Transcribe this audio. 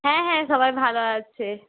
হ্যাঁ হ্যাঁ সবাই ভালো আছে